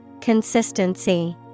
Consistency